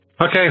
Okay